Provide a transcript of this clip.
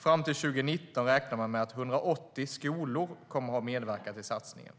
Fram till 2019 räknar man med att 180 skolor kommer att ha medverkat i satsningen.